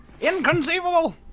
Inconceivable